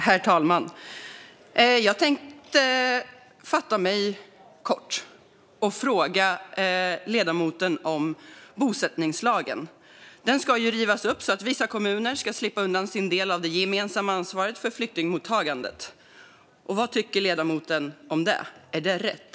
Herr talman! Jag tänkte fatta mig kort och fråga ledamoten om bosättningslagen. Bosättningslagen ska rivas upp så att vissa kommuner ska slippa undan sin del av det gemensamma ansvaret för flyktingmottagandet. Vad tycker ledamoten om det? Är det rätt?